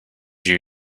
you